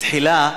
תחילה,